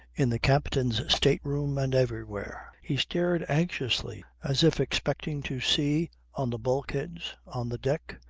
in the captain's state room and everywhere, he stared anxiously as if expecting to see on the bulkheads, on the deck,